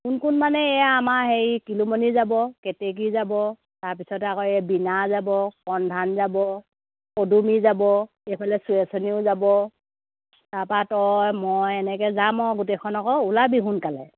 কোন কোন মানে আমাৰ হেৰি কিলুমণি যাব কেতেকী যাব তাৰ পিছত অক এই বিণা যাম কণধান যাব পদুমী যাব এইফালে সুৱেচনীও যাব তাপা তই মই এনেকে যাম অক গোটেইখন অক ওলাবি সোনকালে